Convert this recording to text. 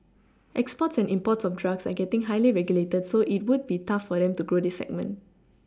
exports and imports of drugs are getting highly regulated so it would be tough for them to grow this segment